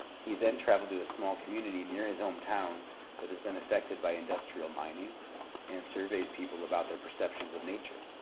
he then traveled to a small community near his hometown that has been affected by industrial mining and surveyed people about their perceptions of nature.